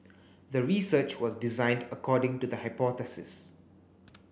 the research was designed according to the hypothesis